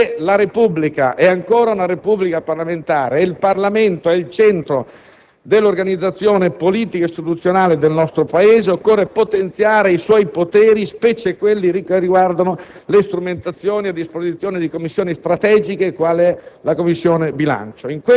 Partiamo da qui: se l'Italia è ancora una Repubblica parlamentare, e il Parlamento è il centro dell'organizzazione politica e istituzionale del nostro Paese, occorre potenziare i suoi poteri, specie quelli che riguardano le strumentazioni a disposizione di Commissioni strategiche quale è la Commissione